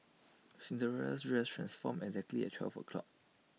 Cinderella's dress transformed exactly at twelve o'clock